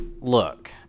Look